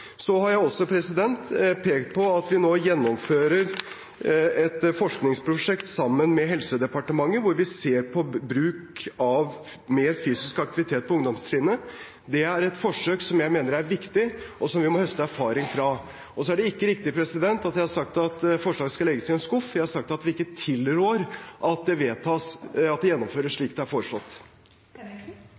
Så har jeg pekt på at vi nå gjennomfører et forskningsprosjekt sammen med Helsedepartementet hvor vi ser på bruk av mer fysisk aktivitet på ungdomstrinnet. Det er et forsøk som jeg mener er viktig, og som vi må høste erfaring fra. Så er det ikke riktig at jeg har sagt at forslaget skal legges i en skuff. Jeg har sagt at vi ikke tilrår at det gjennomføres slik det er foreslått.